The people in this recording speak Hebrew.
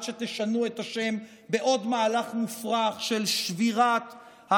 שתשנו את השם בעוד מהלך מופרך של שבירת,